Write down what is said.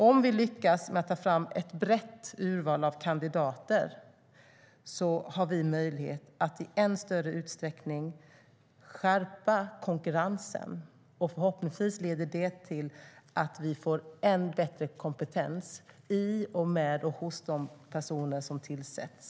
Om vi lyckas ta fram ett brett urval av kandidater har vi möjlighet att i än större utsträckning skärpa konkurrensen. Förhoppningsvis leder det till att vi får än bättre kompetens hos de personer som tillsätts.